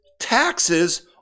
taxes